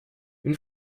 une